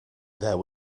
there